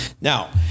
now